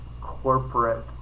corporate